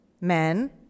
men